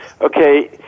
okay